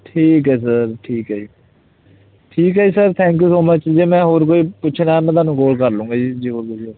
ਠੀਕ ਹੈ ਸਰ ਠੀਕ ਹੈ ਜੀ ਠੀਕ ਹੈ ਜੀ sir thank you so much ਜੇ ਮੈਂ ਹੋਰ ਕੁਛ ਪੁੱਛਣਾ ਮੈਂ ਤੁਹਾਨੂੰ ਕੋਲ ਕਰ ਲਊਂਗਾ ਜੇ ਹੋਰ ਪੁੱਛਣਾ